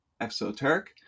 exoteric